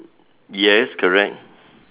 yes correct